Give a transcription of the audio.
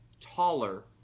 taller